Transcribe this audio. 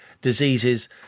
diseases